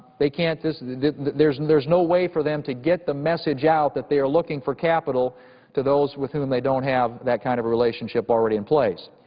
they can't there's there's no way for them to get the message out that they are looking for capital to those with whom they don't have that kind of a relationship already in place.